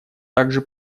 также